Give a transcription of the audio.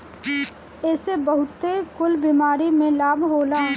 एसे बहुते कुल बीमारी में लाभ होला